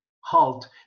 HALT